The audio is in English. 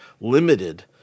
limited